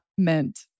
Meant